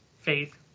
faith